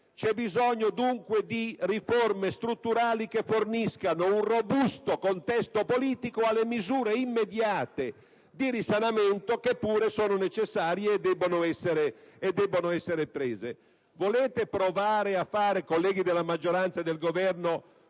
bisogno di riforme strutturali che forniscano un robusto contesto politico alle misure immediate di risanamento, che pure sono necessarie e debbono essere prese. Colleghi della maggioranza e del Governo,